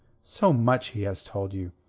so much he has told you.